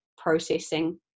processing